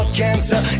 cancer